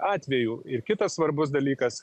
atvejų ir kitas svarbus dalykas